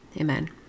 Amen